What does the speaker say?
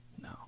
No